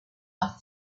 are